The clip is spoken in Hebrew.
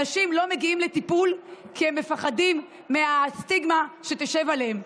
אנשים לא מגיעים לטיפול כי הם מפחדים מהסטיגמה שתשב עליהם.